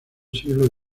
siglo